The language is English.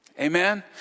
Amen